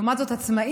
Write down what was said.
לעומת זאת עצמאי,